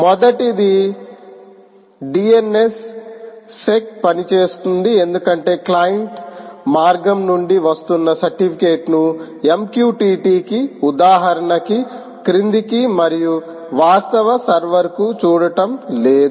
మొదటిది DNS sec పనిచేస్తుంది ఎందుకంటే క్లయింట్ మార్గం నుండి వస్తున్న సర్టిఫికెట్ను MQTT కి ఉదాహరణకి క్రిందికి మరియు వాస్తవ సర్వర్కు చూడటం లేదు